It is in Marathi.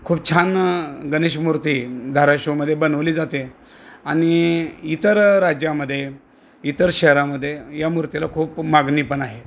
खूप छान गणेश मूर्ती धाराशिवमध्ये बनवली जाते आणि इतर राज्यामध्ये इतर शहरामध्ये या मूर्तीला खूप मागणीपण आहे